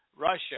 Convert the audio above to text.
Russia